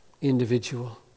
individual